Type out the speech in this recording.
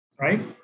right